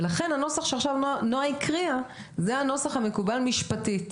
לכן הנוסח שעכשיו נֹעה הקריאה זה הנוסח המקובל משפטית.